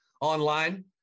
online